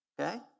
okay